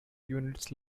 units